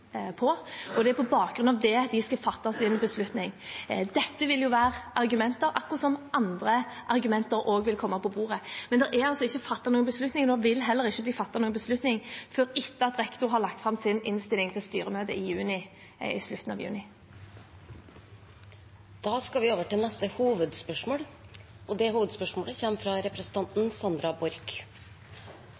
skal fatte sin beslutning. Dette vil jo være argumenter, akkurat som andre argumenter, som vil komme på bordet. Men det er altså ikke fattet noen beslutning og vil heller ikke bli fattet noen beslutning før etter at rektor har lagt fram sin innstilling til styremøtet i slutten av juni. Vi går videre til neste hovedspørsmål. Mitt spørsmål går til klima- og